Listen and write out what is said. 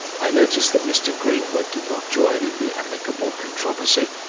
i noticed that mr greenwood did not join in the amicable controversy.